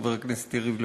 חבר הכנסת יריב לוין,